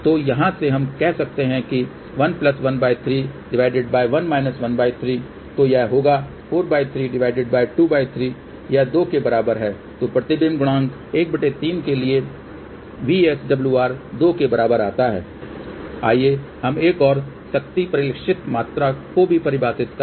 तो यहाँ से हम कह सकते हैं कि तो यह होगा यह दो के बराबर है तो प्रतिबिंब गुणांक 13 के लिए VSWR दो के बराबर आता है आइए हम एक और शक्ति परिलक्षित मात्रा को भी परिभाषित करें